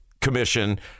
Commission